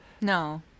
No